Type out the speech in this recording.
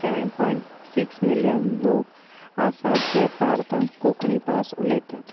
seven point six million लोक आसात जें भारतांत कोंकणी भास उलयतात